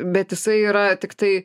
bet jisai yra tiktai